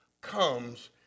comes